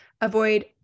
Avoid